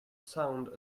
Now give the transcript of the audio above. sound